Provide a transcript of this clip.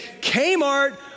Kmart